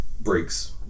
breaks